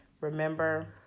remember